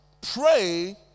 pray